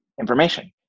information